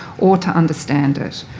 or to understand it.